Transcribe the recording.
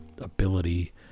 ability